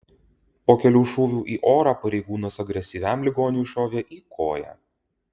po kelių šūvių į orą pareigūnas agresyviam ligoniui šovė į koją